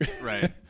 Right